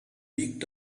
picked